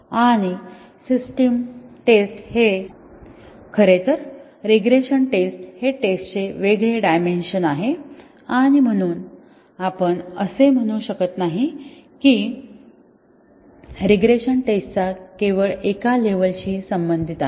आणि system test हे खरेतर रीग्रेशन टेस्ट हे टेस्टचे वेगळे डायमेन्शन आहे आणि म्हणून आपण असे म्हणू शकत नाही की रीग्रेशन टेस्टचा केवळ एका लेव्हल शी संबंधित आहे